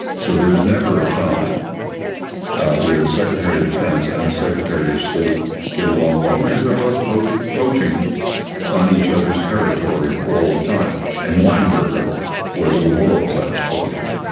so there is never a time where the secretary of defense and the secretary of state get along well because they're but always poaching on each other's territory all the time. and weinberger was a world-class poacher.